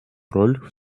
роль